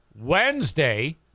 Wednesday